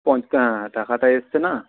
টাকাটা এসেছে না